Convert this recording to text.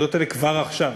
ביחידות האלה כבר עכשיו.